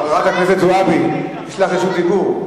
חברת הכנסת זועבי, יש לך רשות דיבור.